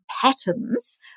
patterns